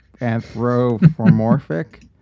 anthropomorphic